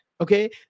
Okay